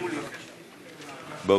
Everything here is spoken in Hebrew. בוא,